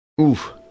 Oof